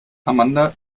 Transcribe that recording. amanda